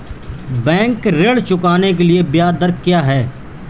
Bank ऋण चुकाने के लिए ब्याज दर क्या है?